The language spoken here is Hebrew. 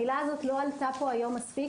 המילה הזאת לא עלתה פה היום מספיק,